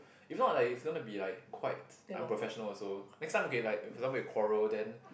if not like it's gonna be like quite unprofessional also next time okay like for example you quarrel then